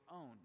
own